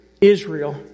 Israel